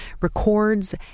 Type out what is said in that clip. records